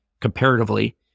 comparatively